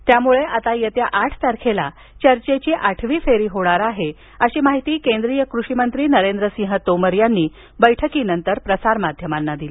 त्यामुळे आता येत्या आठ तारखेला चर्चेची आठवी फेरी होणार आहे अशी माहिती केंद्रीय कृषिमंत्री नरेंद्रसिंह तोमर यांनी बैठकीनंतर प्रसारमाध्यमांना दिली